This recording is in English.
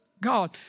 God